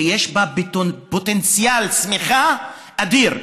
כי יש בה פוטנציאל צמיחה אדיר,